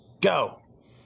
go